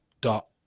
dot